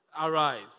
arise